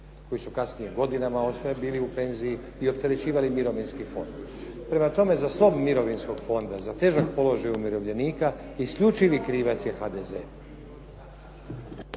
koji su kasnije godinama bili u penziji i opterećivali mirovinski fond. Prema tome, za slom mirovinskog fonda, za težak položaj umirovljenika isključivi krivac je HDZ.